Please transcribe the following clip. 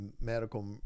medical